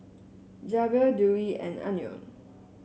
Zaynab Dewi and Anuar